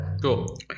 cool